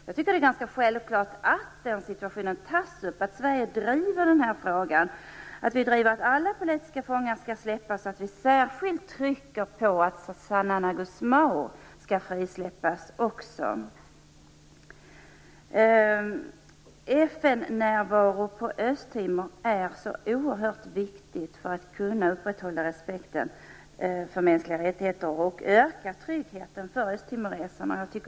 Jag tycker att det är självklart att den situationen tas upp, att Sverige driver den frågan, att vi driver kravet att alla politiska fångar skall släppas och att vi särskilt trycker på att Xanano Gusmão skall frisläppas. FN-närvaro på Östtimor är oerhört viktig för att man skall kunna upprätthålla respekten för mänskliga rättigheter och öka tryggheten för östtimoreserna.